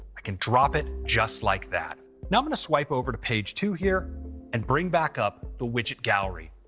i can drop it just like that. now i'm gonna swipe over to page two here and bring back up the widget gallery.